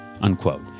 unquote